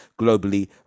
globally